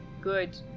Good